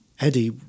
Eddie